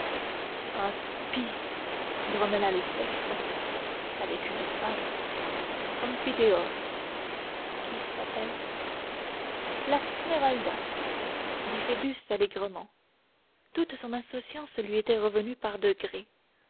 grommela le spectre avec une femme confiteor qui s'appelle la smeralda dit phoebus allègrement toute son insouciance lui était revenue par degrés